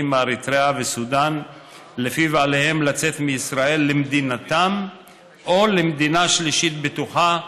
מאריתריאה וסודאן שלפיו עליהם לצאת מישראל למדינתם או למדינה שלישית בטוחה,